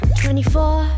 24